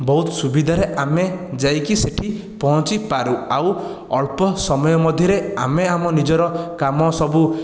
ବହୁତ ସୁବିଧାରେ ଆମେ ଯାଇକି ସେଠି ପହଞ୍ଚିପାରୁ ଆଉ ଅଳ୍ପ ସମୟ ମଧ୍ୟରେ ଆମେ ଆମ ନିଜର କାମ ସବୁ